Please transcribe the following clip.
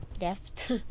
left